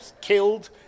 killed